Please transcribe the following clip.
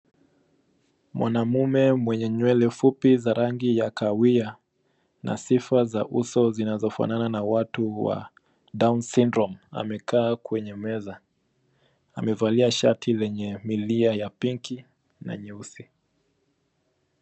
Mwanaume mwenye nywele fupi za rangi ya kahawia, na sifa za uso zinazofanana na watu wa down syndrome ,amekaa kwenye meza. Amevalia shati lenye milia ya pinki na nyeusi.